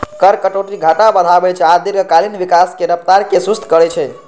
कर कटौती घाटा बढ़ाबै छै आ दीर्घकालीन विकासक रफ्तार कें सुस्त करै छै